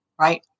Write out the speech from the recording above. Right